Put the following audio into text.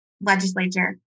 Legislature